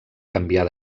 canviar